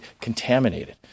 contaminated